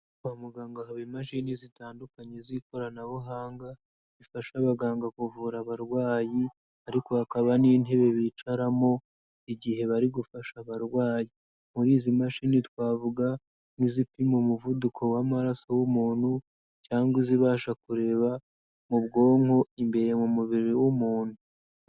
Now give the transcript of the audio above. Kwa muganga haba imashini zitandukanye z'ikoranabuhanga rifasha abaganga kuvura abarwayi, ariko hakaba n'intebe bicaramo igihe bari gufasha abarwayi. Muri izi mashini twavuga nk'izipima umuvuduko w'amaraso w'umuntu cyangwa izibasha kureba mu bwonko ,imbere mu mubiri w'umuntu.